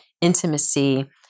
intimacy